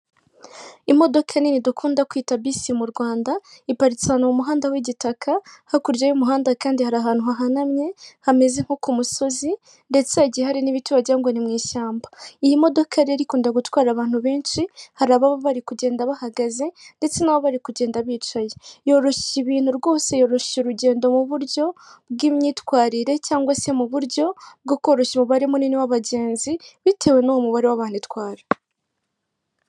Imodoka nini dukunda kwita bisi mu Rwanda iparitse mu muhanda w'igitaka hakurya y'umuhanda kandi hari ahantu hahanamye hameze nko ku musozi ndetse hari n'ibiti wagirango ni mu ishyamba, iyi modoka rero ikunda gutwara abantu benshi hari aba bari kugenda bahagaze ndetse na bari kugenda bicaye yoroshya ibintu rwose, yoroshya urugendo mu buryo bw'imitwarire cyangwa se mu buryo bwo koroshya umubare munini w'abagenzi bitewe n'uwo mubare w'abo itwara.